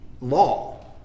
law